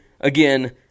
again